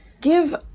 give